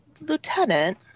Lieutenant